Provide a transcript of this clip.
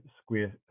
square